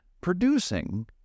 producing